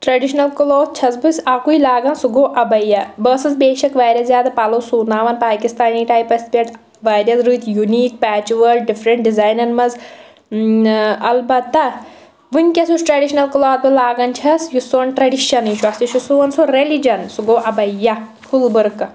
traditional cloth چھیٚس بہٕ اَکُے لاگان سُہ گوٚو اَبَیاہ بہٕ ٲسٕس بے شک واریاہ زیادٕ پَلوٚو سُوناوان پاکِستانی ٹایپَس پٮ۪ٹھ واریاہ رٕتۍ یونیٖک پیچہٕ وٲلۍ ڈِفریٚنٛٹ ڈِزاینَن منٛز ٲں اَلبتہ وُنٛکیٚس یُس ٹرٛیٚڈِشنَل کٕلوتھ بہٕ لاگان چھیٚس یُس سون ٹرٛیٚڈِشَنٕے اصلی چھُ سون سُہ ریٚلِجَن سُہ گوٚو ابَیاہ کھُلہٕ برقعہٕ